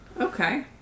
Okay